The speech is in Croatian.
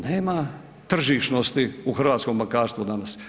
Nema tržišnosti u hrvatskom bankarstvu danas.